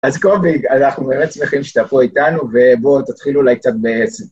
אז קובי, אנחנו מאוד שמחים שאתה פה איתנו ובואו תתחיל אולי קצת בעצם.